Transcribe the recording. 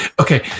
Okay